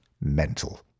mental